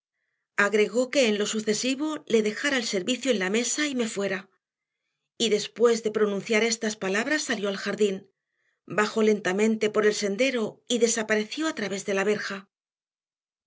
agregó que en lo sucesivo le dejara el servicio en la mesa y me fuera y después de pronunciar estas palabras salió al jardín bajó lentamente por el sendero y desapareció a través de la verja